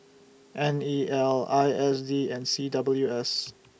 N E L I S D and C W S